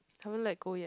haven't let go yet